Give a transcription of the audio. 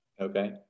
Okay